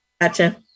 gotcha